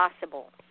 possible